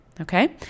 Okay